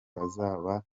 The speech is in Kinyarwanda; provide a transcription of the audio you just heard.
bazaba